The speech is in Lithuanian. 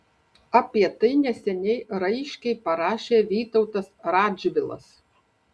apie tai neseniai raiškiai parašė vytautas radžvilas